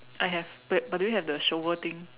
I have but but do you have the shovel thing